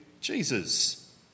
Jesus